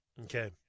Okay